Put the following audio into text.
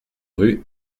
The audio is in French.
rue